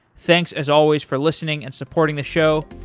thanks as always for listening and supporting the show,